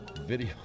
Video